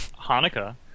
Hanukkah